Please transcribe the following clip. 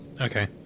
Okay